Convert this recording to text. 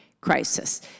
crisis